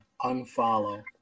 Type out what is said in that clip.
Unfollow